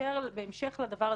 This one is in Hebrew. זה